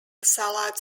salads